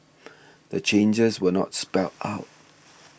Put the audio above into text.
the changes were not spelled out